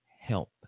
help